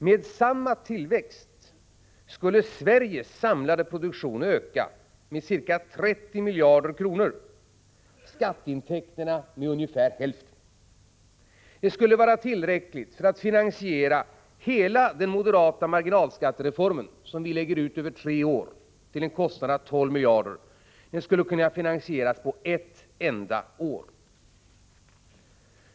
Med samma tillväxt skulle Sveriges samlade produktion öka med ca 30 miljarder kronor och skatteintäkterna med ungefär hälften. Det skulle vara tillräckligt för att finansiera hela den moderata marginalskattereform som vi lagt ut över tre år med en kostnad på 12 miljarder — den skulle kunna finansieras på ett enda år.